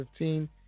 2015